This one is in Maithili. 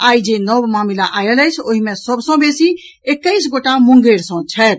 आइ जे नव मामिला आयल अछि ओहि मे सभ सँ बेसी एकैस गोटा मुंगेर सँ छथि